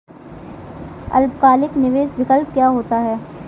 अल्पकालिक निवेश विकल्प क्या होता है?